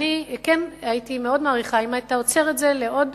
אז אני כן הייתי מאוד מעריכה אם היית עוצר את זה לעוד